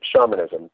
shamanism